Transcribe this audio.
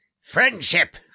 Friendship